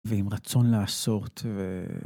ועם רצון לעשות ו...